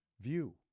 view